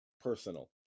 personal